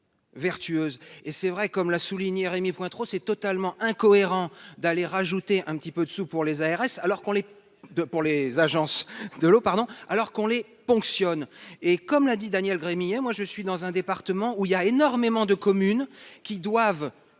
vertueuse et c'est vrai, comme l'a souligné Rémy Pointereau c'est totalement incohérent d'aller rajouter un petit peu de sous pour les ARS, alors qu'on les deux pour les agences de l'eau, pardon, alors qu'on les ponctionne et comme l'a dit Daniel Gremillet, moi je suis dans un département où il y a énormément de communes qui doivent